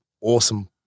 awesome